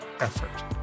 effort